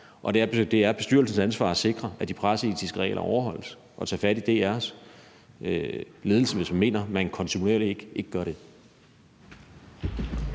og det er bestyrelsens ansvar at sikre, at de presseetiske regler overholdes, og at tage fat DR's ledelse, hvis man mener, at de kontinuerligt ikke bliver det.